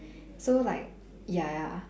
so like ya ya